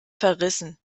verrissen